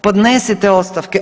Podnesite ostavke.